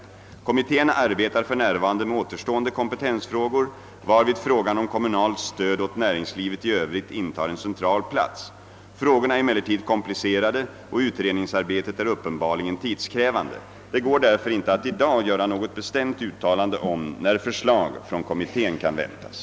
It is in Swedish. Kommittén arbetar f. n. med återstående kompetensfrågor varvid frågan om kommunalt stöd åt näringslivet i övrigt intar en central plats. Frågorna är emellertid komplicerade och utredningsarbetet är uppenbarligen tidskrävande. Det går därför inte att f. n. göra något bestämt uttalande om när förslag från kommittén kan väntas.